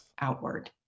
outward